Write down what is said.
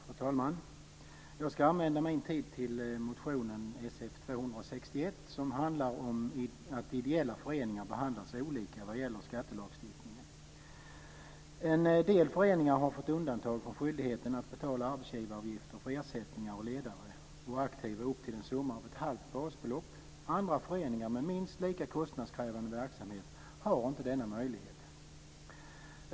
Fru talman! Jag ska använda min tid för att tala om min motion Sf261, som handlar om att ideella föreningar behandlas olika vad gäller skattelagstiftningen. En del föreningar har fått undantag från skyldigheten att betala arbetsgivaravgifter för ersättningar till ledare och aktiva upp till en summa av ett halvt basbelopp. Andra föreningar med minst lika kostnadskrävande verksamhet har inte denna möjlighet.